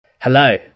Hello